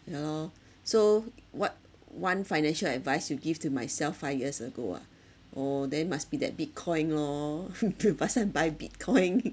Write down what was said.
ya lor so what one financial advice you give to myself five years ago ah oh then must be that bitcoin lor last time buy bitcoin